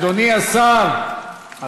אדוני השר,